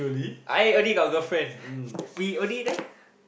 I already got girlfriend we only there